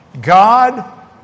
God